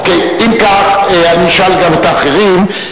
אוקיי, אם כך אני אשאל גם את האחרים.